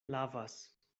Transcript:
lavas